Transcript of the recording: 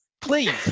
Please